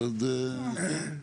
בבקשה.